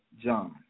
John